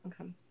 Okay